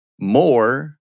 More